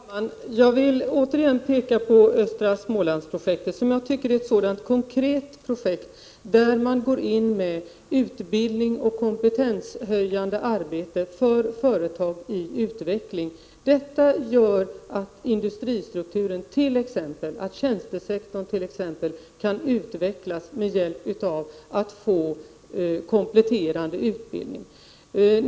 Herr talman! Jag vill återigenom framhålla Östra Smålands-projektet som är ett sådant konkret projekt, där man går in med utbildning och kompetenshöjande arbete för företag i utveckling. Detta gör att t.ex. industristrukturen eller tjänstesektorn kan utvecklas genom att få hjälp med kompletterande utbildning.